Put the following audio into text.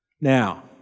Now